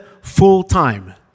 full-time